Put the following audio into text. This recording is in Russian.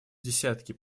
десятки